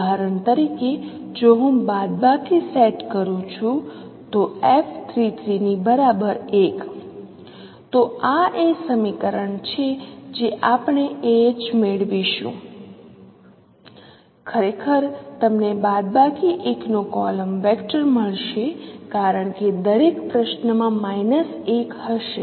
ઉદાહરણ તરીકે જો હું બાદબાકી સેટ કરું છું તો f 33 ની બરાબર 1 તો આ એ સમીકરણ છે જે આપણે ah મેળવીશું ખરેખર તમને બાદબાકી 1 નો કોલમ વેક્ટર મળશે કારણ કે દરેક પ્રશ્નમાં માઇનસ 1 હશે